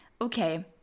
Okay